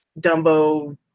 Dumbo